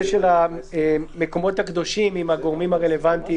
של המקומות הקדושים עם הגורמים הרלוונטיים.